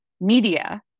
media